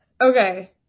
Okay